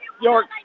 York